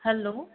hello